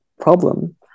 problem